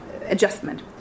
adjustment